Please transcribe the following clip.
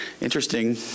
interesting